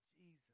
Jesus